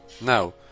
Now